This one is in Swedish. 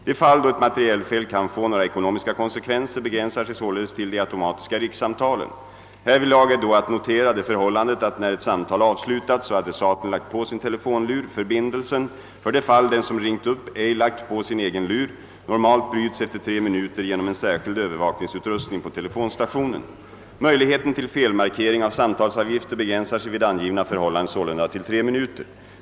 De fall då ett materielfel kan få några ekonomiska konsekvenser begränsar sig således till de automatiska rikssamtalen. Härvidlag är då att notera det förhållandet att när ett samtal avslutas och adressaten lagt på sin telefonlur förbindelsen — för det fall den som ringt upp ej lagt på sin egen lur — normalt bryts efter tre minuter genom en särskild övervakningsutrustning på telefonstationen. Möjligheten till felmarkering av samtalsavgift begränsar sig vid angivna förhållanden sålunda till tre minuter.